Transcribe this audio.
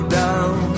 down